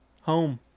home